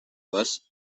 was